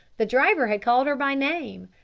the driver had called her by name.